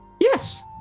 Yes